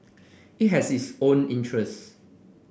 it has its own interests